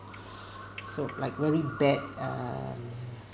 so like very bad um